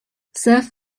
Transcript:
surf